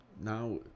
now